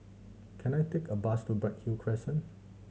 can I take a bus to Bright Hill Crescent